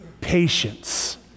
patience